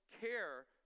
care